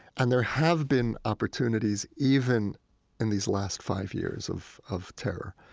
and there have been opportunities even in these last five years of of terror.